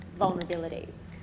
vulnerabilities